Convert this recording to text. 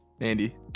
Andy